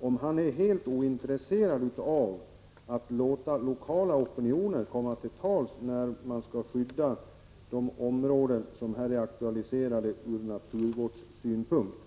om han är helt ointresserad av att låta lokala opinioner komma till tals när man skall skydda de områden som här är aktualiserade ur naturvårdssynpunkt.